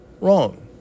wrong